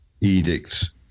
edicts